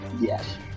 Yes